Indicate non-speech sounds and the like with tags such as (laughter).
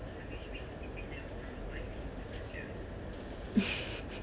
(laughs)